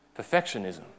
perfectionism